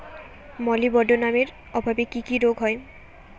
মলিবডোনামের অভাবে কি কি রোগ হয়?